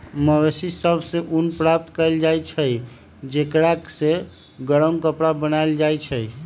मवेशि सभ से ऊन प्राप्त कएल जाइ छइ जेकरा से गरम कपरा बनाएल जाइ छइ